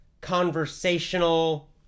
conversational